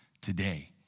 today